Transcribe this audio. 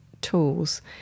tools